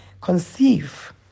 conceive